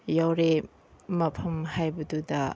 ꯌꯧꯔꯦ ꯃꯐꯝ ꯍꯥꯏꯕꯗꯨꯗ